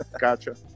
Gotcha